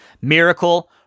Miracle